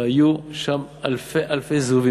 והיו שם אלפי-אלפי זהובים,